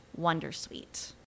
wondersuite